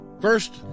first